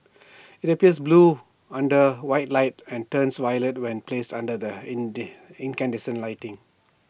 IT appears blue under white light and turns violet when placed under their incandescent lighting